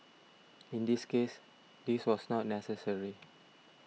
in this case this was not necessary